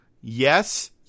Yes